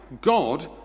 God